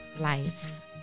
life